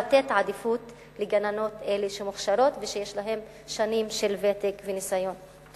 לתת עדיפות לגננות אלה שהן מוכשרות ויש להן ותק וניסיון של שנים.